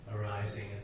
arising